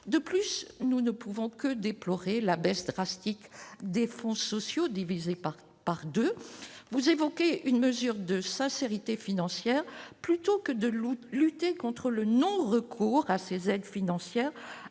de plus, nous ne pouvons que déplorer la baisse drastique des fonds sociaux divisé par, par 2, vous évoquez une mesure de sincérité financière plutôt que de lutter, lutter contre le non-recours à ces aides financières,